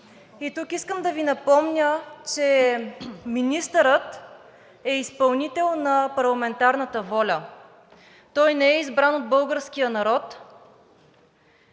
И тук искам да Ви напомня, че министърът е изпълнител на парламентарната воля. Той не е избран от българския народ